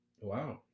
Wow